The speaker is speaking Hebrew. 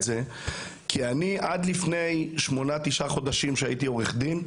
זה כי עד לפני שמונה-תשעה חודשים אז הייתי עורך דין,